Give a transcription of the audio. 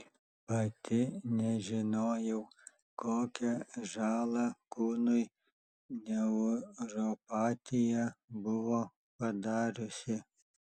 pati nežinojau kokią žalą kūnui neuropatija buvo padariusi